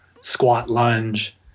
squat-lunge